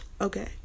Okay